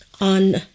on